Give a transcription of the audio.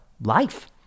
life